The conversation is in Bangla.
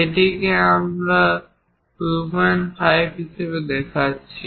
এটিকে আমরা 25 হিসাবে দেখাচ্ছি